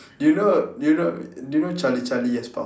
do you know you do know do you know charlie charlie yes pa~